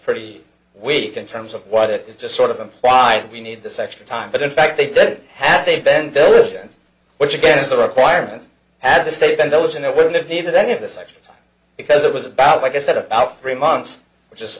pretty weak in terms of what it just sort of implied we need this extra time but in fact they did that they bend billions which again is the requirement at the state and those in it would have needed any of this extra time because it was about like i said about three months which is